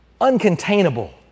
uncontainable